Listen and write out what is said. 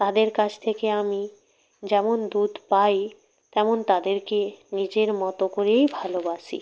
তাদের কাছ থেকে আমি যেমন দুধ পাই তেমন তাদেরকে নিজের মতো করেই ভালোবাসি